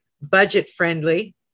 budget-friendly